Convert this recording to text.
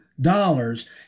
dollars